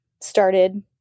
started